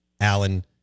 Allen